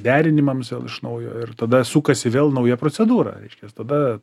derinimams vėl iš naujo ir tada sukasi vėl nauja procedūra reiškias tada